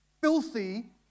filthy